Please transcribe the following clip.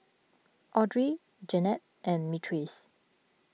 Audrey Janene and Myrtice